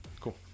Cool